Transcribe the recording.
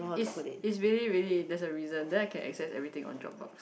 is is really really that's a reason then I can access everything on Dropbox